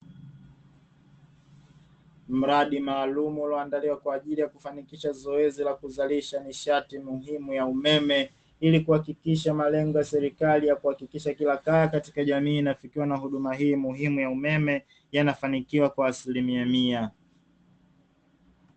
Mradi maalumu uliondaliwa kwa ajili ya kufanikisha zoezi la kuzalisha nishati muhimu ya umeme ili kuhakikisha malengo ya serikali ya kuhakikisha kila kaya inafikiwa na huduma hii muhimu ya umeme yanafanikiwa kwa asilimia mia.